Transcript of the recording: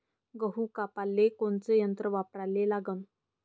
गहू कापाले कोनचं यंत्र वापराले लागन?